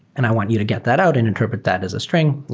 and i want you to get that out and interpret that as a string.